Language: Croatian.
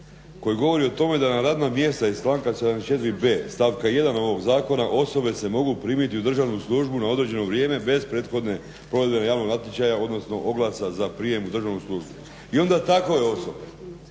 koji govori o tome da na radna mjesta iz članka 74.b stavka 1. ovog zakona osobe se mogu primiti u državnu službu na određeno vrijeme bez prethodno provedenog javnog natječaja, odnosno oglasa za prijem u državnu službu. I onda takve osobe